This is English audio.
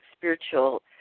spiritual